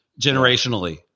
generationally